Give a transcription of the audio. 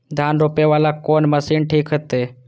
धान रोपे वाला कोन मशीन ठीक होते?